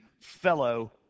fellow